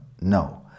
no